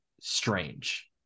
strange